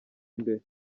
imbere